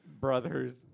Brothers